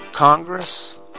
Congress